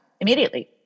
immediately